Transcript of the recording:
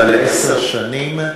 אבל לעשר שנים.